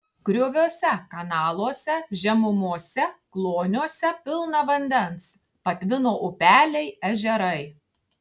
grioviuose kanaluose žemumose kloniuose pilna vandens patvino upeliai ežerai